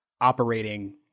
operating